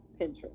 Pinterest